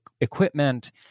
equipment